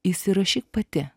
įsirašyk pati